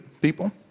people